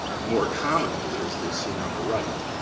more commonly, is the scene on the right,